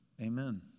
Amen